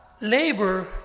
labor